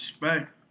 respect